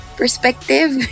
perspective